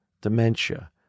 dementia